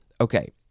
Okay